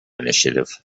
initiative